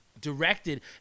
directed